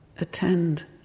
Attend